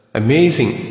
amazing